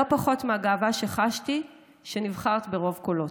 לא פחות מהגאווה שחשתי כשנבחרת ברוב קולות.